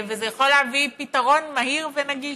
וזה יכול להביא פתרון מהיר ונגיש.